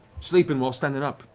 sleeping while standing up.